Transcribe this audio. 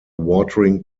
watering